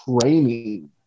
training